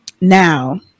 now